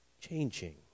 changing